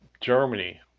Germany